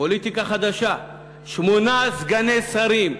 פוליטיקה חדשה, שמונה סגני שרים.